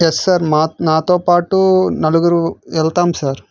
yes sir నాతో పాటు నలుగురు వెళ్తాం సార్